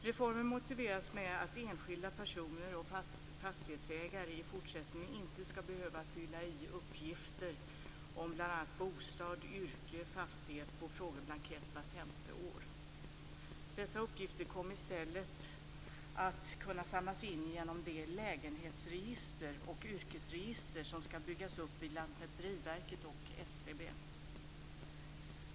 Reformen motiveras med att enskilda personer och fastighetsägare i fortsättningen inte skall behöva fylla i uppgifter om bl.a. bostad, yrke och fastighet på en frågeblankett vart femte år. Dessa uppgifter kommer i stället att kunna samlas in genom de lägenhetsregister och yrkesregister som skall byggas upp vid Lantmäteriverket och SCB.